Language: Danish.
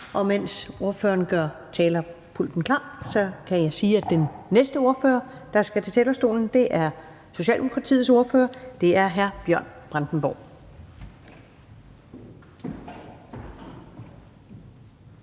Mens ordføreren gør talerpulten klar, kan jeg sige, at den næste ordfører, der skal på talerstolen, er Socialdemokratiets ordfører, hr. Bjørn Brandenborg.